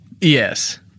Yes